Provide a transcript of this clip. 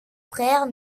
frères